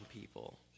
people